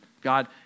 God